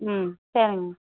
ம் சரிங்க